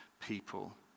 people